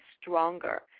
stronger